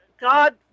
God